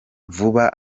vuba